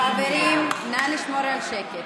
חברים, נא לשמור על שקט.